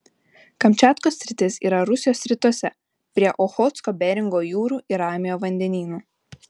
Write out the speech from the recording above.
kamčiatkos sritis yra rusijos rytuose prie ochotsko beringo jūrų ir ramiojo vandenyno